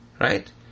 Right